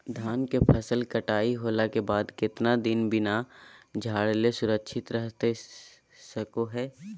धान के फसल कटाई होला के बाद कितना दिन बिना झाड़ले सुरक्षित रहतई सको हय?